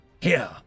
here